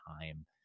time